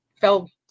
fell